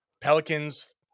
Pelicans